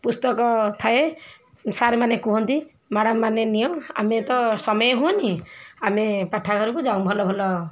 ପୁସ୍ତକ ଥାଏ ସାର୍ ମାନେ କୁହନ୍ତି ମ୍ୟାଡ଼ମ୍ ମାନେ ନିଅ ଆମେ ତ ସମୟ ହୁଅନି ଆମେ ପାଠାଗାରକୁ ଯାଉ ଭଲ ଭଲ